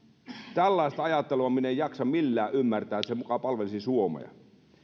tällaista ajattelua minä en jaksa millään ymmärtää että se muka palvelisi suomea